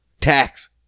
Tax